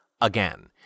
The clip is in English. again